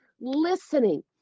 listening